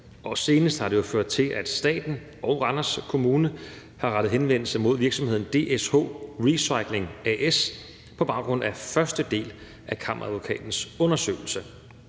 Senest har det ført til, at staten og Randers Kommune har rettet henvendelse til virksomheden DSH Recycling A/S på baggrund af første del af Kammeradvokatens undersøgelse.